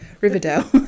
Riverdale